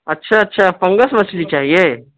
اچھا اچھا پنگس مچھلی چاہیے